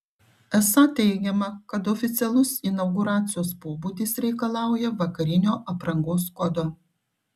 esą teigiama kad oficialus inauguracijos pobūdis reikalauja vakarinio aprangos kodo